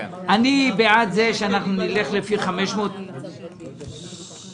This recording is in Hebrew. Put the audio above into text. אני בעד שאנחנו נלך לפי 500 שקל,